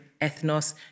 ethnos